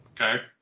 Okay